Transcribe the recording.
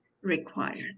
required